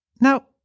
Now